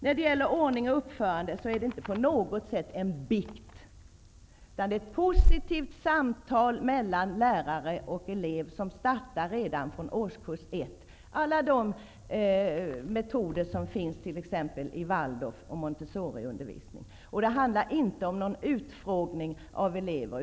Samtal om ordning och uppförande skall inte på något sätt utgöra en bikt. Det skall vara ett positivt samtal mellan lärare och elev som startar redan i årskurs ett. Det finns metoder i t.ex. Waldorf och Montessoriundervisningen. Det skall inte vara fråga om någon utfrågning av eleverna.